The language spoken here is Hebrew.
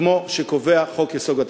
כמו שקובע חוק-היסוד.